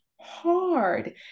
hard